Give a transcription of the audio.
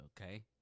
okay